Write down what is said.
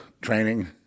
training